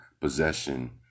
possession